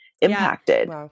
impacted